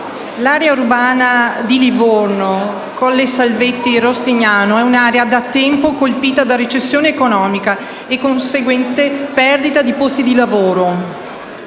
l'area urbana Livorno-Collesalvetti-Rosignano è da tempo colpita da recessione economica e conseguente perdita di posti di lavoro